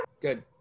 good